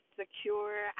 secure